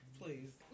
Please